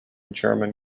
german